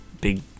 big